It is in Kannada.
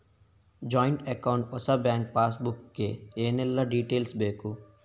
ಜಾಯಿಂಟ್ ಅಕೌಂಟ್ ಹೊಸ ಬ್ಯಾಂಕ್ ಪಾಸ್ ಬುಕ್ ಗೆ ಏನೆಲ್ಲ ಡೀಟೇಲ್ಸ್ ಬೇಕು?